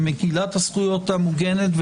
למגילת הזכויות המוגנת,